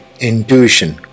intuition